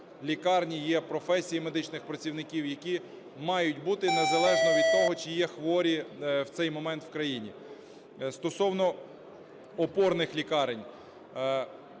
лікарні, є професії медичних працівників, які мають бути незалежно від того, чи є хворі в цей момент в країні. Стосовно опорних лікарень.